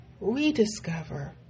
rediscover